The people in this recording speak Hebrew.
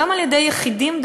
גם על-ידי יחידים,